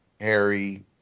Harry